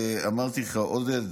אמרתי לך, עודד,